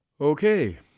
Okay